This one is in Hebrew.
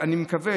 אני מקווה